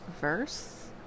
Verse